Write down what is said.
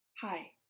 Hi